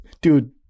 dude